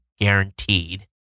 guaranteed